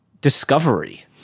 Discovery